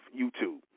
YouTube